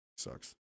sucks